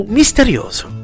misterioso